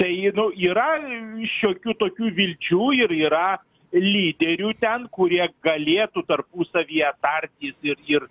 tai nu yra šiokių tokių vilčių ir yra lyderių ten kurie galėtų tarpusavyje tartis ir ir